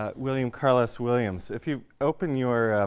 ah william carlos williams. if you open your